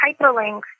hyperlinks